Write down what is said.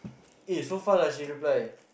eh so fast ah she reply